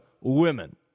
women